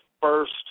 first